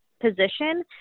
position